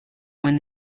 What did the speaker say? when